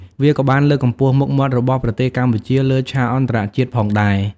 វាក៏បានលើកកម្ពស់មុខមាត់របស់ប្រទេសកម្ពុជាលើឆាកអន្តរជាតិផងដែរ។